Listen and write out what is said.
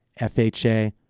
FHA